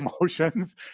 emotions